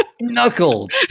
knuckled